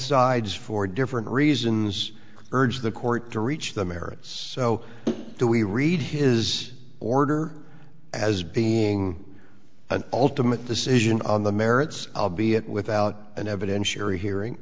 sides for different reasons urged the court to reach the merits so do we read his order as being an ultimate decision on the merits of be it without an evidentiary hearing